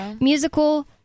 musical